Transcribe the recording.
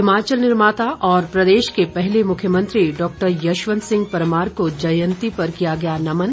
हिमाचल निर्माता और प्रदेश के पहले मुख्यमंत्री डॉक्टर यशवंत सिंह परमार को जयंती पर किया गया नमन